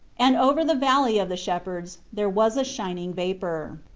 and over the valley of the shepherds there was a shining vapour.